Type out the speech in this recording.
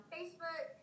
Facebook